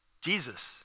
Jesus